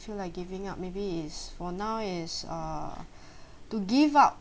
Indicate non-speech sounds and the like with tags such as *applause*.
feel like giving up maybe is for now is uh *breath* to give up